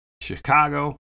Chicago